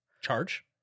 Charge